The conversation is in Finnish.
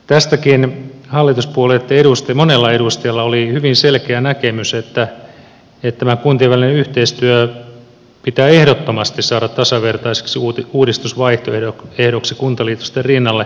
tästäkin monilla hallituspuolueitten edustajilla oli hyvin selkeä näkemys että tämä kuntien välinen yhteistyö pitää ehdottomasti saada tasavertaiseksi uudistusvaihtoehdoksi kuntaliitosten rinnalle